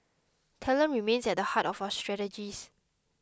talent remains at the heart of our strategies